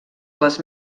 les